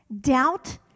doubt